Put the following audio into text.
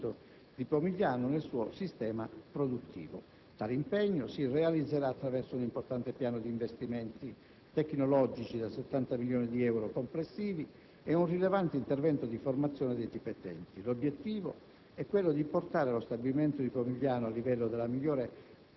ha deciso di assumere l'impegno di completare l'integrazione dello stabilimento di Pomigliano nel suo sistema produttivo. Tale impegno si realizzerà attraverso un importante piano di investimenti tecnologici da 70 milioni di euro complessivi e un rilevante intervento di formazione dei dipendenti. L'obiettivo